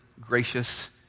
gracious